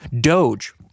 Doge